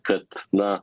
kad na